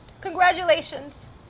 Congratulations